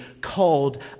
called